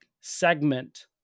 segment